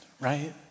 right